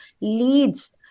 leads